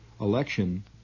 election